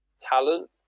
talent